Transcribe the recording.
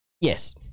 Yes